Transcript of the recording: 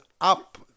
up